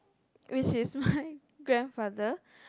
which is my grandfather